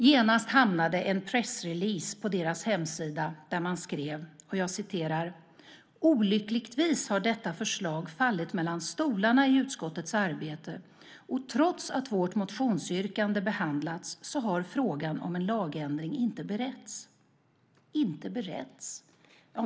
Genast hamnade en pressrelease på deras hemsida, där man skrev: "Olyckligtvis har detta förslag fallit mellan stolarna i utskottets arbete och trots att vårt motionsyrkande behandlats så har frågan om en lagändring inte beretts." Inte beretts?